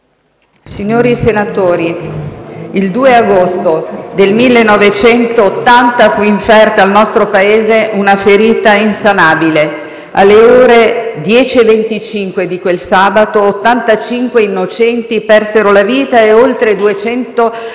Signori senatori, il 2 agosto del 1980 fu inferta al nostro Paese una ferita insanabile. Alle ore 10,25 di quel sabato 85 innocenti persero la vita e oltre 200 tra